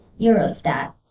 Eurostat